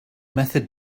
method